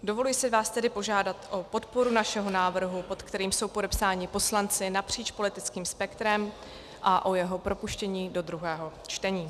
Dovoluji si vás tedy požádat o podporu našeho návrhu, pod kterým jsou podepsáni poslanci napříč politickým spektrem, a o jeho propuštění do druhého čtení.